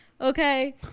Okay